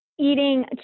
eating